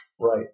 Right